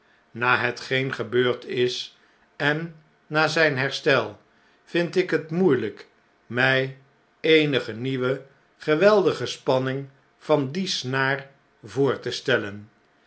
na hetgeen gebeurd is en na zjjn herstel vind ik het moeielqk mg eenige nieuwe geweldige spanning van die snaar voor te stellen